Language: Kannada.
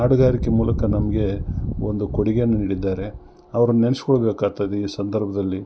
ಹಾಡುಗಾರಿಕೆ ಮೂಲಕ ನಮಗೆ ಒಂದು ಕೊಡುಗೆಯನ್ನು ನೀಡಿದ್ದಾರೆ ಅವ್ರನ್ನು ನೆನೆಸಿಕೊಳ್ಬೇಕಾಗ್ತದೆ ಈ ಸಂದರ್ಭ್ದಲ್ಲಿ